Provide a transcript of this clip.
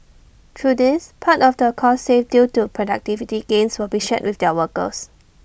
through this part of the costs saved due to productivity gains will be shared with their workers